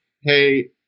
hey